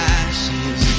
ashes